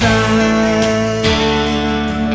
time